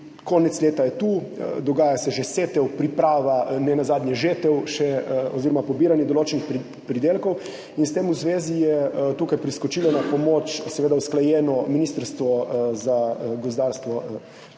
konec leta je tu, dogaja se že setev, priprava, nenazadnje žetev oziroma pobiranje določenih pridelkov, in s tem v zvezi je tukaj seveda priskočilo na pomoč usklajeno Ministrstvo za gozdarstvo,